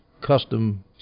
custom